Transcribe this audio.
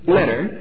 letter